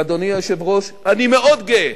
אדוני היושב-ראש, אני מאוד גאה